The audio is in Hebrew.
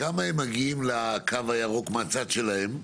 כמה הם מגיעים לקו הירוק מהצד שלהם?